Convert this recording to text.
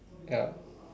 ya